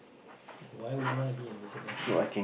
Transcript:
why would you want to be invisible